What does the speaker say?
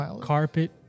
carpet